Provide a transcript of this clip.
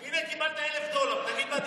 הינה, קיבלת 1,000 דולר, תגיד מה דיברנו.